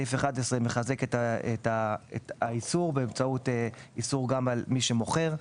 סעיף 11 מחזק את האיסור באמצעות איסור גם על מי שמוכר.